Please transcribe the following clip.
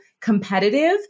competitive